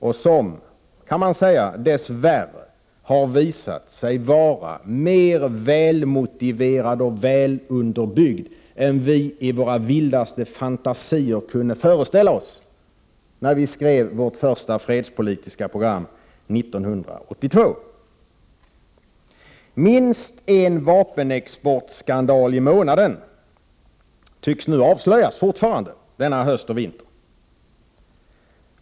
Denna uppfattning har dess värre visat sig vara mer välmotiverad och välunderbyggd än vi i våra vildaste fantasier kunde föreställa oss, när vi skrev vårt första fredspolitiska program 1982. Minst en vapenexportskandal i månaden tycks fortfarande avslöjas denna höst och vinter.